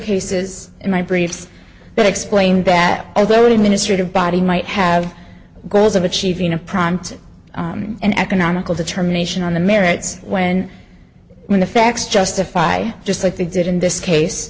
cases in my briefs that explained that although the ministry of body might have goals of achieving a prompt and economical determination on the merits when the facts justify just like they did in this case